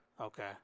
Okay